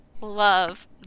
love